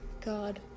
God